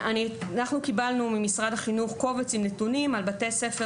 אנחנו קיבלנו ממשרד החינוך קובץ עם נתונים על בתי ספר